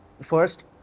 first